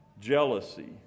jealousy